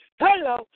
Hello